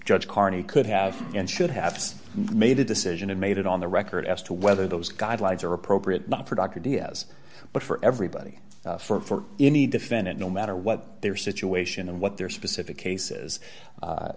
judge carney could have and should have made a decision and made it on the record as to whether those guidelines are appropriate not for dr diaz but for everybody for any defendant no matter what their situation and what their specific cases